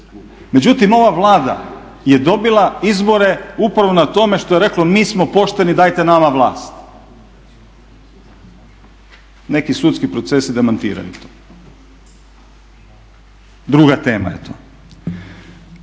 Međutim, ova Vlada je dobila izbore upravo na tome što je rekla mi smo pošteni dajte nama vlast. Neki sudski procesi demantiraju to. Druga tema je to.